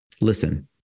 Listen